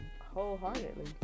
wholeheartedly